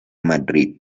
madrid